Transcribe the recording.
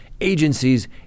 agencies